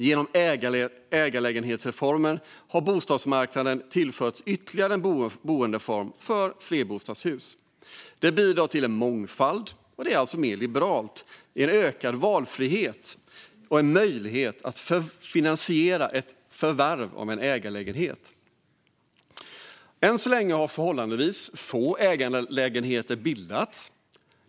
Genom ägarlägenhetsreformen har bostadsmarknaden tillförts ytterligare en boendeform för flerbostadshus. Det bidrar till mångfald i boendet och är alltså mer liberalt och ger ökad valfrihet och en möjlighet att finansiera ett förvärv av en ägarlägenhet. Än så länge har förhållandevis få ägarlägenheter bildats.